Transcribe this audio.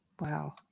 Wow